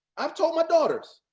i've told my daughters.